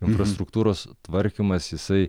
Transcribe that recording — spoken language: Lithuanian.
infrastruktūros tvarkymas jisai